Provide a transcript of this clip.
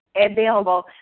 available